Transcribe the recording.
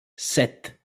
set